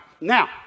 Now